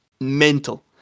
Mental